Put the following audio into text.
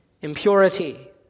impurity